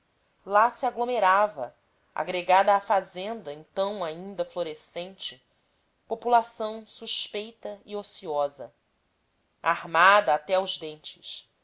lá se aglomerava agregada à fazenda então ainda florescente população suspeita e ociosa armada até aos dentes